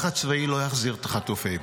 לחץ צבאי לא יחזיר את החטופים.